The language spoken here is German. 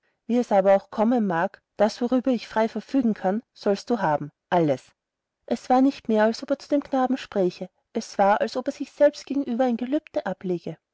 wie es aber auch kommen mag das worüber ich frei verfügen kann sollst du haben alles es war nicht mehr als ob er zu dem knaben spräche es war als ob er sich selbst gegenüber ein gelübde ablege